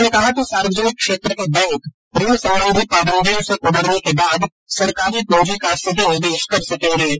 उन्होंने कहा कि सार्वजनिक क्षेत्र के बैंक ऋण संबंधी पाबंदियों से उबरने के बाद सरकारी पूंजी का सही निवेश कर सकेंगे